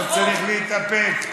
אתה צריך להתאפק.